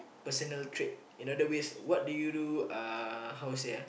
personal trait in other ways what do you do uh how to say ah